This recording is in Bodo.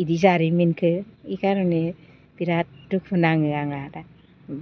इदि जारिमिनखो इ कारने बिराद दुखु नाङो आंहा दा